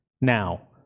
now